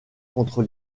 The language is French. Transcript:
contre